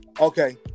Okay